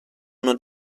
uno